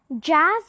Jazz